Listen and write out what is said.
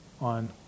on